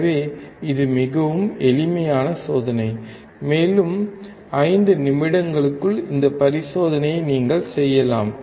எனவே இது மிகவும் எளிமையான சோதனை மேலும் 5 நிமிடங்களுக்குள் இந்தப் பரிசோதனையை நீங்கள் செய்யலாம்